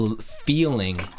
feeling